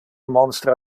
monstra